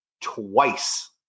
twice